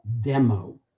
demo